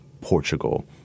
Portugal